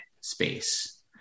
space